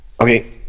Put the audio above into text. Okay